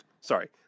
Sorry